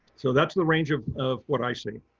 so that's the range of of what i see.